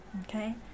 Okay